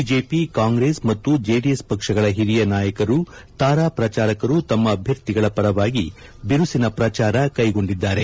BJP Congress ಮತ್ತು JDS ಪಕ್ಷಗಳ ಹಿರಿಯ ನಾಯಕರು ತಾರ ಪ್ರಚಾರಕರು ತಮ್ಮ ಅಭ್ಯರ್ಥಿಗಳ ಪರವಾಗಿ ಬಿರುಸಿನ ಪ್ರಚಾರ ಕೈಗೊಂಡಿದ್ದಾರೆ